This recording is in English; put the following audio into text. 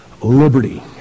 liberty